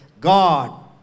God